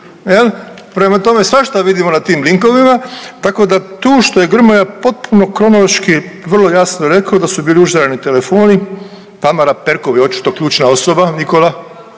Prema tome svašta vidimo na tim linkovima tako da tu što je Grmoja potpuno kronološki vrlo jasno rekao da su bili užareni telefoni, Tamara Perkov je očito ključna osoba Nikola,